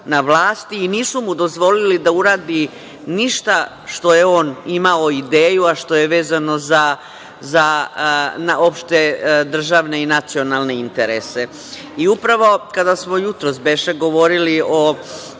na vlasti i nisu mu dozvolili da uradi ništa što je on imao ideju, a što je vezano za opšte državne i nacionalne interese. Upravo kada smo jutros govorili o